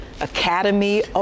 Academy